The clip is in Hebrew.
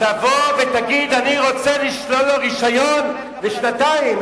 תבוא ותגיד: אני רוצה לשלול לו רשיון לשנתיים,